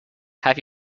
have